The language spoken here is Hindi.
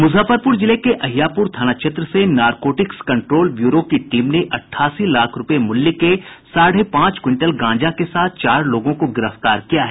मूजफ्फरपूर जिले के अहियापूर थाना क्षेत्र से नारकोटिक्स कंट्रोल ब्यूरो की टीम ने अठासी लाख रूपये मूल्य के साढ़े पांच क्विंटल गांजा के साथ चार लोगों को गिरफ्तार किया है